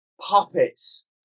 puppets